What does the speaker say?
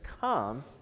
come